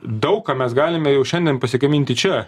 daug ką mes galime jau šiandien pasigaminti čia